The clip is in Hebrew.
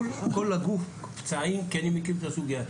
כל הגוף פצעים כי אני מכיר את הסוגיה,